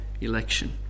Election